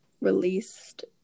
released